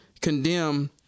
condemn